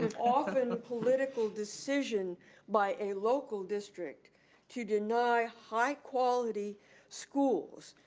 often a political decision by a local district to deny high quality schools,